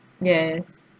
yes